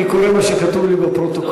אני קורא מה שכתוב לי בפרוטוקול.